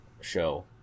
show